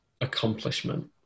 accomplishment